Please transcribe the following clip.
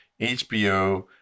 HBO